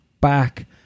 back